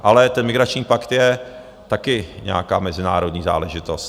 Ale ten migrační pakt je taky nějaká mezinárodní záležitost.